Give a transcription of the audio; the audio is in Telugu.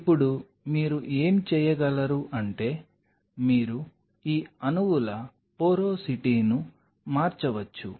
ఇప్పుడు మీరు ఏమి చేయగలరు అంటే మీరు ఈ అణువుల పోరోసిటీను మార్చవచ్చు